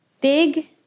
big